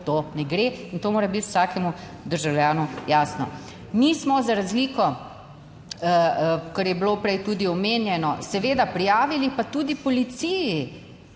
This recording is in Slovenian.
to ne gre in to mora biti vsakemu državljanu jasno. Mi smo za razliko, kar je bilo prej tudi omenjeno, seveda prijavili pa tudi policiji